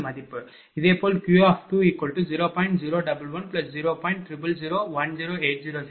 இதேபோல்Q20